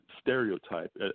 stereotype